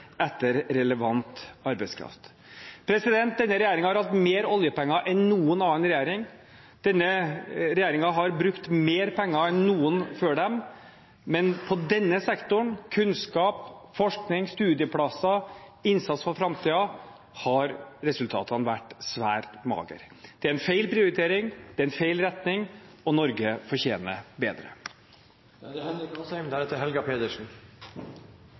etter relevant arbeidskraft. Denne regjeringen har hatt mer oljepenger enn noen annen regjering. Denne regjeringen har brukt mer penger enn noen før dem, men i denne sektoren – kunnskap, forskning, studieplasser, innsats for framtiden – har resultatene vært svært magre. Det er feil prioritering, det er feil retning, og Norge fortjener bedre. Veldig ofte når vi diskuterer skole- og utdanningspolitikk, blir det